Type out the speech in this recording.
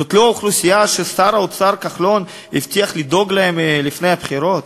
זאת לא האוכלוסייה ששר האוצר כחלון הבטיח לדאוג להם לפני הבחירות?